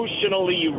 emotionally